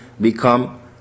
become